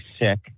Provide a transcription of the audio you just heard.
sick